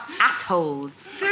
assholes